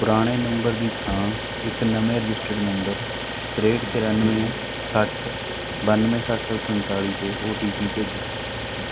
ਪੁਰਾਣੇ ਨੰਬਰ ਦੀ ਥਾਂ ਇੱਕ ਨਵੇਂ ਰਜਿਸਟਰਡ ਨੰਬਰ ਤਰੇਂਹਠ ਚੁਰਾਨਵੇਂ ਸੱਠ ਬਾਨਵੇਂ ਸੱਤ ਸੌ ਸੰਤਾਲ਼ੀ 'ਤੇ ਓ ਟੀ ਪੀ ਭੇਜੋ